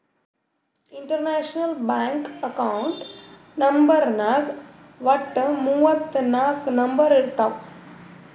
international bank account ನಂಬರ್ನಾಗ್ ವಟ್ಟ ಮೂವತ್ ನಾಕ್ ನಂಬರ್ ಇರ್ತಾವ್